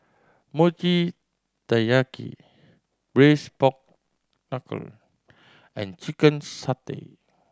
Mochi Taiyaki Braised Pork Knuckle and chicken satay